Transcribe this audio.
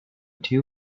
two